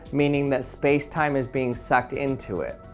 meaning that space-time is being sucked into it.